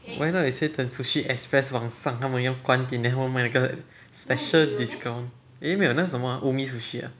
why not you say 等 sushi express 晚上他们要关店 then 他们买那个 special discount eh 没有那个是什么 ah umi sushi ah